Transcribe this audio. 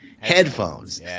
headphones